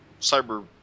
Cyber